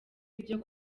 ibyo